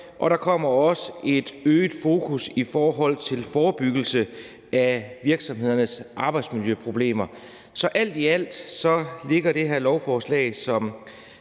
og der kommer også et øget fokus på forebyggelse af virksomhedernes arbejdsmiljøproblemer. Så alt i alt virker det her lovforslag